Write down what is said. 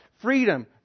freedom